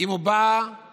אם הוא בא ובודק,